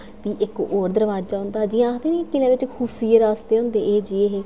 फ्ही इक होर दरवाजा औंदा जि'यां आखदे न किलें बिच्च खुफिया रास्ते होंदे एह् जेह् हे